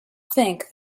think